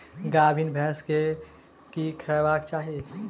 गाभीन भैंस केँ की खुएबाक चाहि?